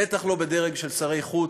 בטח לא בדרג של שרי חוץ.